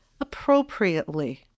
appropriately